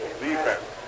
defense